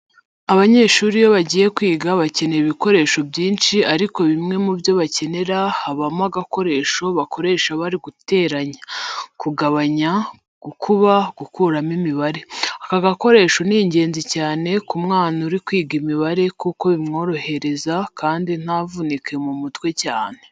Abanyeshuri iyo bagiye kwiga bakenera ibikoreshjo byinshi ariko bimwe mu byo bakenera habamo agakoresho bakoresha bari guteranya, kugabanya, gukuba, gukuramo imibare. Aka gakoresho ni ingenzi cyane ku mwana uri kwiga imibare kuko bimworohereza kandi ntavunike mu mutwe cyane.